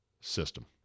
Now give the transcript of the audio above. system